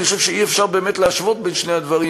אני חושב שאי-אפשר באמת להשוות בין שני הדברים,